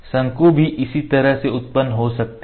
शंकु भी इसी तरह उत्पन्न हो सकते हैं